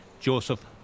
Joseph